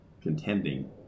contending